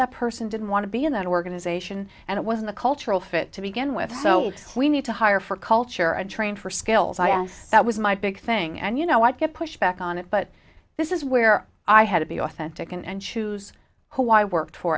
that person didn't want to be in that organization and it was the cultural fit to begin with so we need to hire for culture and train for skills i asked that was my big thing and you know i get pushback on it but this is where i had to be authentic and choose who i worked